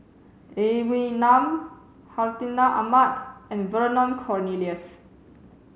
Lee Wee Nam Hartinah Ahmad and Vernon Cornelius